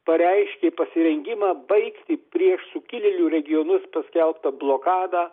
pareiškė pasirengimą baigti prieš sukilėlių regionus paskelbtą blokadą